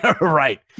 right